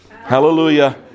Hallelujah